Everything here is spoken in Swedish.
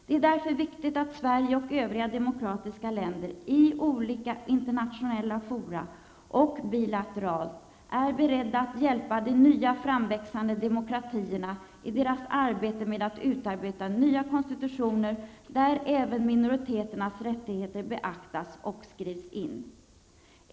Det är därför viktigt att Sverige och övriga demokratiska länder i olika internationella fora och bilateralt är beredda att hjälpa de nya framväxande demokratierna i deras arbete med att utarbeta nya konstitutioner, där även minoriteternas rättigheter beaktas och skrivs in.